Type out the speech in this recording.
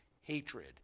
hatred